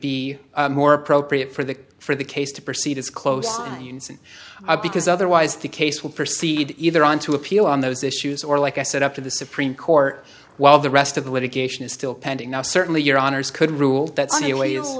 be more appropriate for the for the case to proceed as close i because otherwise the case will proceed either on to appeal on those issues or like i said up to the supreme court while the rest of the litigation is still pending now certainly your honour's could rule that